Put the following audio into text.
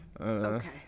Okay